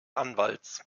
anwalts